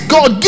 God